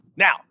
Now